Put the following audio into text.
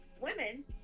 women